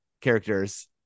characters